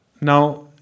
Now